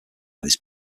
this